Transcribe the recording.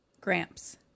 Gramps